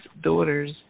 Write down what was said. daughters